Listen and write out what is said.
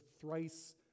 thrice